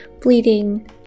bleeding